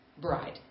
bride